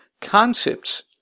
concepts